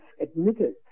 admitted